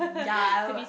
ya I'll